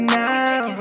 now